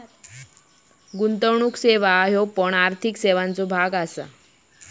गुंतवणुक सेवा हे पण आर्थिक सेवांचे भाग असत